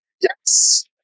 Yes